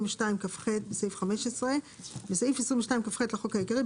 תיקון סעיף15.בסעיף 22כח לחוק העיקרי,